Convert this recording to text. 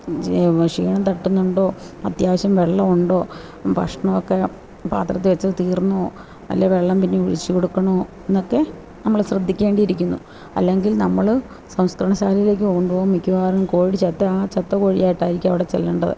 ക്ഷീണം തട്ടുന്നുണ്ടോ അത്യാവശ്യം വെള്ളമുണ്ടോ ഭക്ഷണമൊക്കെ പാത്രത്തിൽ വെച്ചത് തീർന്നോ അല്ലേ വെള്ളം പിന്നെയും ഒഴിച്ചു കൊടുക്കണോ എന്നൊക്കെ നമ്മൾ ശ്രദ്ധിക്കേണ്ടിയിരിക്കുന്നു അല്ലെങ്കിൽ നമ്മൾ സംസ്കരണ ശാലയിലേക്കു പോകുമ്പോൾ മിക്കവാറും കോഴി ചത്താ ആ ചത്ത കോഴിയായിട്ടായിരിക്കും അവിടെ ചെല്ലേണ്ടത്